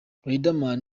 riderman